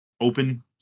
open